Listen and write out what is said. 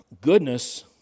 Goodness